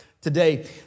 today